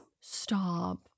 stop